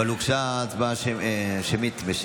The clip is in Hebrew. אבל הוגשה הצבעה שמית.